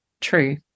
true